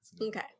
Okay